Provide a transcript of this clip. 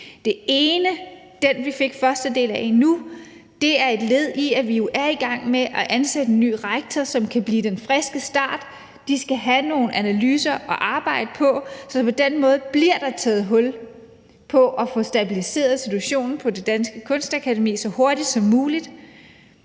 del, som vi har fået nu, er et led i, at vi jo er i gang med at ansætte en ny rektor, som kan blive den friske start. De skal have nogle analyser at arbejde på, så på den måde bliver der taget hul på at få stabiliseret situationen på Det Danske Kunstakademi så hurtigt som muligt.